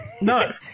no